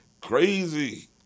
crazy